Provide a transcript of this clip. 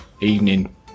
evening